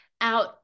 out